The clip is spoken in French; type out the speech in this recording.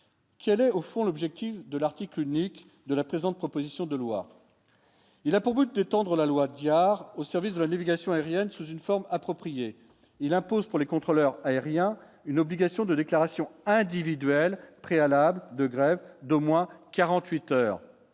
Quel est au fond l'objectif de l'article unique de la présente proposition de loi, il a pour but de tendre la loi Diard au service de la navigation aérienne, sous une forme appropriée. Il impose pour les contrôleurs aériens, une obligation de déclaration individuelle préalable de grève d'au moins 48 heures